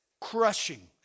crushing